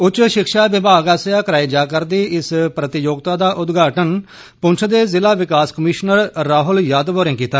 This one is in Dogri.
उच्च शिक्षा विभाग आस्सेआ कराई जा'रदी इस प्रतियोगिता दा उद्घाटन पुंछ दे ज़िला विकास कमीशनर राहुल यादव होरें कीता